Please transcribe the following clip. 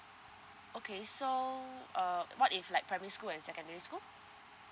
okay so uh what if like primary school and secondary school